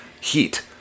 heat